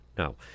No